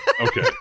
okay